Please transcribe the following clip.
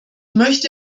möchte